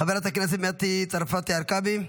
חברת הכנסת מטי צרפתי הרכבי,